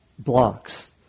blocks